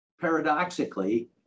paradoxically